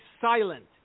silent